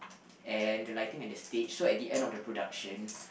and the lighting and the stage so at the end of the production